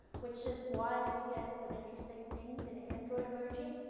which is why we get some interesting things in android emoji.